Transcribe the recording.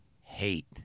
hate